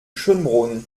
schoenbrunn